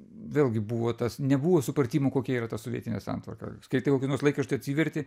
vėlgi buvo tas nebuvo supratimo kokia yra ta sovietinė santvarka skaitai kokį nors laikraštį atsiverti